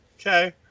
Okay